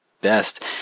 best